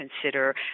consider